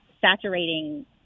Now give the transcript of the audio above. saturating